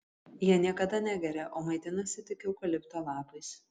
jie niekada negeria o maitinasi tik eukalipto lapais